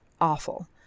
awful